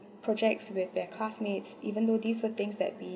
projects with their classmates even though these were things that